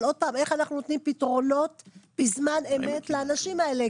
אבל איך אנחנו נותנים פתרונות לאנשים האלה בזמן אמת?